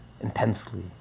intensely